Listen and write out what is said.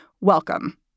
Welcome